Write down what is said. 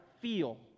feel